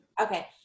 Okay